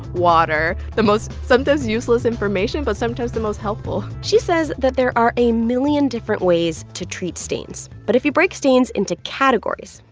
water the most sometimes useless information, but sometimes the most helpful she says that there are a million different ways to treat stains. but if you break stains into categories,